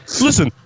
listen